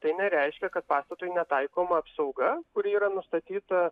tai nereiškia kad pastatui netaikoma apsauga kuri yra nustatyta